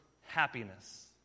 happiness